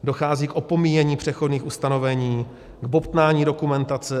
Dochází k opomíjení přechodných ustanovení, k bobtnání dokumentace.